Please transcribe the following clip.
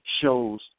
shows